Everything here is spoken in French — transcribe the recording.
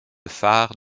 phare